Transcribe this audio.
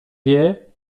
wie